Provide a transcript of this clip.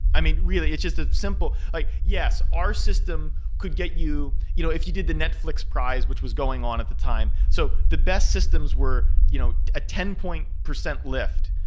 i mean, really, it's just a simple like yes, our system could get you you know if you did the netflix price, which was going on at the time. so the best systems were you know a ten point percent lift.